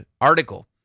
article